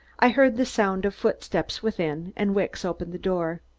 i heard the sound of footsteps within, and wicks opened the door.